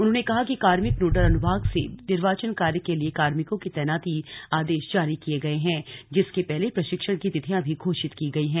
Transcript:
उन्होंने कहा कि कार्मिक नोडल अनुभाग से निर्वाचन कार्य के लिए कार्मिकों की तैनाती आदेश जारी किए गये हैं जिसके पहले प्रशिक्षण की तिथियां भी घोषित की गयी हैं